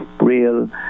real